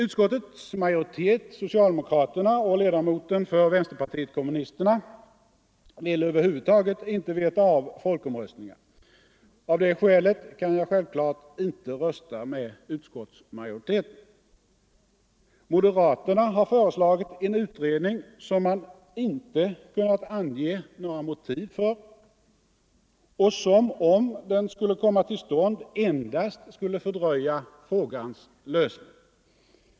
Utskottets majoritet — socialdemokraterna och ledamoten för vänsterpartiet kommunisterna — vill över huvud taget inte veta av folkomröstningar. Av det skälet kan jag självklart inte rösta med utskottsmajoriteten. Moderaterna har föreslagit en utredning som man inte kunnat ange några motiv för och som, om den skulle komma till stånd, endast skulle fördröja frågans lösning.